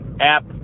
app